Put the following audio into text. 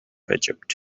egypt